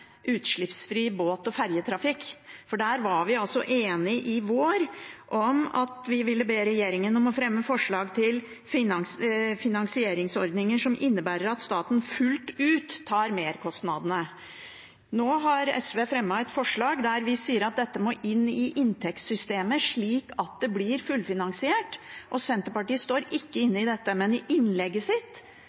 utslippsfri båt- og ferjetrafikk. Der var vi altså enige i vår om at vi ville be regjeringen om å fremme forslag til finansieringsordninger som innebærer at staten fullt ut tar merkostnadene. Nå har SV fremmet et forslag der vi sier at dette må inn i inntektssystemet, slik at det blir fullfinansiert. Senterpartiet står ikke inne i dette, men i innlegget sitt